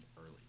early